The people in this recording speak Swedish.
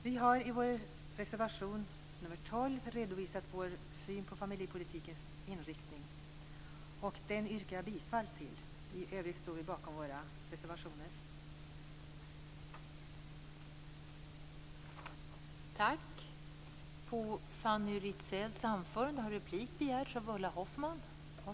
Vi har i reservation 12 redovisat vår syn på familjepolitikens inriktning, vilken jag yrkar bifall till. I övrigt står vi bakom våra reservationer.